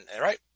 right